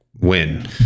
win